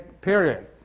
Period